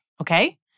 okay